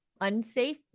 unsafe